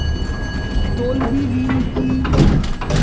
তলবি ঋণ কি?